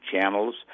channels